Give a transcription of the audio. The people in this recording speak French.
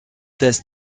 test